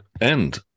end